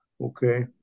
Okay